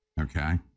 okay